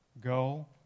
Go